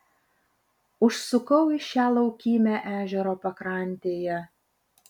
užsukau į šią laukymę ežero pakrantėje